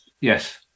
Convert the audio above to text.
yes